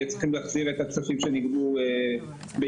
יהיו צריכים להחזיר את הכספים שנגבו ביתר.